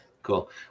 Cool